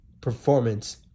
performance